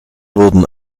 wurden